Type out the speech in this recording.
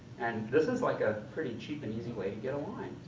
and this is like a pretty cheap and easy way to get a line.